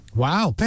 wow